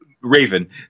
Raven